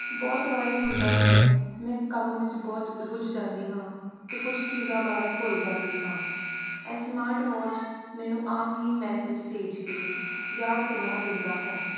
ਬਹੁਤ ਵਾਰ ਹੁੰਦਾ ਹੈ ਮੈਂ ਕੰਮ ਵਿੱਚ ਬਹੁਤ ਰੁੱਝ ਜਾਂਦੀ ਹਾਂ ਅਤੇ ਕੁਛ ਚੀਜ਼ਾਂ ਬਾਰੇ ਭੁੱਲ ਜਾਂਦੀ ਹਾਂ ਇਹ ਸਮਾਰਟਵਾਚ ਮੈਨੂੰ ਆਪ ਹੀ ਮੈਸੇਜ ਭੇਜ ਕੇ ਯਾਦ ਦਿਲਾ ਦਿੰਦਾ ਹੈ